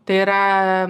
tai yra